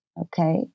okay